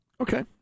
Okay